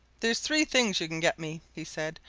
there's three things you can get me, he said.